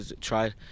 try